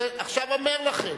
עכשיו אני אומר לכם: